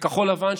וכחול לבן,